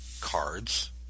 cards